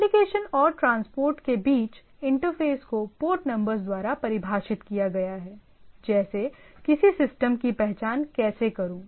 application और transport layer के बीच इंटरफेस को पोर्ट नंबर्स द्वारा परिभाषित किया गया है जैसे किसी सिस्टम की पहचान कैसे करूं